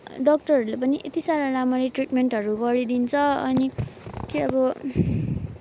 डाक्टरहरूले पनि यति साह्रो राम्ररी ट्रिटमेन्टहरू गरिदिन्छ अनि के अब